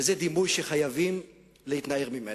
וזה דימוי שחייבים להתנער ממנו.